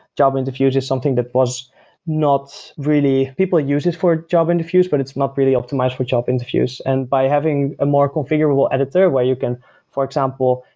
job interviews is something that was not really people use it for job interviews, but it's not really optimized for job interviews. and by having a more configurable editor where you can for example,